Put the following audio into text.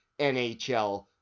NHL